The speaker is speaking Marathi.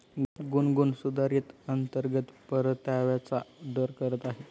गुनगुन सुधारित अंतर्गत परताव्याचा दर करत आहे